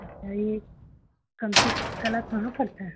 अच्छा ये कंपीकला कहाँ पड़ता है